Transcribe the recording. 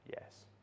Yes